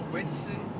Winston